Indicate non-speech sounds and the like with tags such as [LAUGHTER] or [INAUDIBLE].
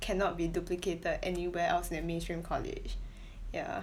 cannot be duplicated anywhere else in a mainstream college [BREATH] ya